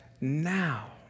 now